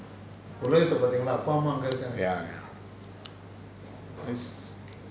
ya ya